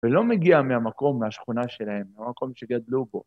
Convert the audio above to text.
ולא מגיע מהמקום, מהשכונה שלהם, מהמקום שגדלו בו.